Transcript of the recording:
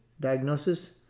Diagnosis